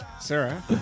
Sarah